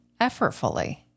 effortfully